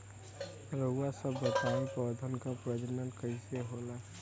रउआ सभ बताई पौधन क प्रजनन कईसे होला?